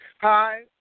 Hi